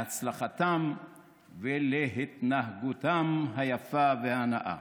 להצלחתם ולהתנהגותם היפה והנאה.